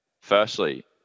Firstly